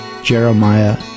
Jeremiah